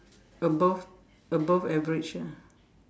above above average ah